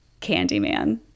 Candyman